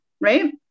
right